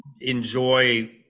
enjoy